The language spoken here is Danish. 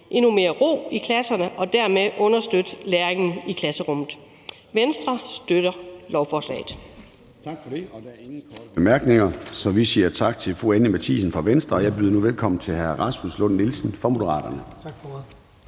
endnu mere ro i klasserne og dermed understøtte læringen i klasserummet. Venstre støtter lovforslaget.